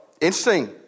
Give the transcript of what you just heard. Interesting